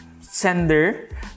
sender